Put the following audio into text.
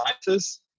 scientists